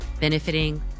benefiting